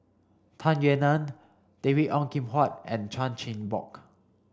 Tung Yue Nang David Ong Kim Huat and Chan Chin Bock